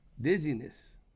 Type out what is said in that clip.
Dizziness